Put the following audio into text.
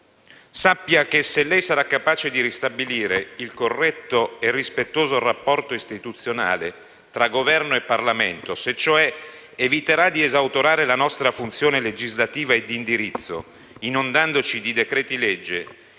sappia che se lei sarà capace di ristabilire il corretto e rispettoso rapporto istituzionale tra Governo e Parlamento (se cioè eviterà di esautorare la nostra funzione legislativa e di indirizzo, inondandoci di decreti-legge)